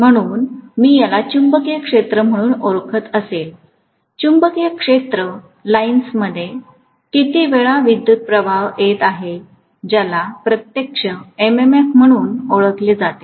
म्हणून मी याला चुंबकीय क्षेत्र म्हणून ओळखत असेल चुंबकीय क्षेत्र लाइन्समध्ये किती वेळा विद्युत् प्रवाह येत आहे ज्याला प्रत्यक्षात MMF म्हणून ओळखले जाते